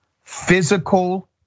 physical